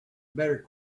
better